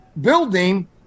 building